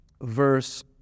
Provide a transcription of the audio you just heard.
verse